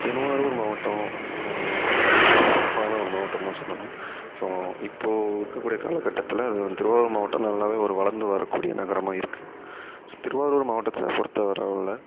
திருவாரூர் மாவட்டம் ஒரு செழிப்பான ஒரு மாவட்டம்னு தான் சொல்லணும் ஸோ இப்போது இருக்கக்கூடிய காலக்கட்டத்தில் அது திருவாரூர் மாவட்டம் நல்லாவே ஒரு வளர்ந்து வர கூடிய நகரமாக இருக்கு ஸோ திருவாரூர் மாவட்டத்தை பொருத்த வரை உள்ள